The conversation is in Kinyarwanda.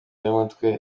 y’umutwe